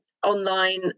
online